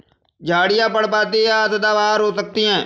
झाड़ियाँ पर्णपाती या सदाबहार हो सकती हैं